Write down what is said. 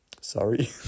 sorry